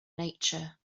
nature